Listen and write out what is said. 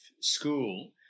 school